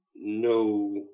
No